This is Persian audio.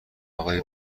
آقای